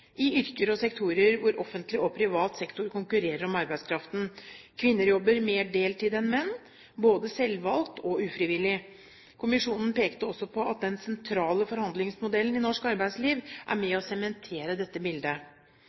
i yrker og sektorer hvor offentlig og privat sektor konkurrerer om arbeidskraften. Kvinner jobber mer deltid enn menn, både selvvalgt og ufrivillig. Kommisjonen pekte også på at den sentrale forhandlingsmodellen i norsk arbeidsliv er med på å sementere dette bildet.